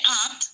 up